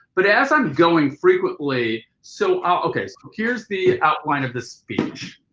but as i'm going frequently, so i'll ok so ok here's the outline of the speech.